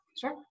Sure